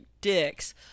dicks